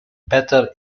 better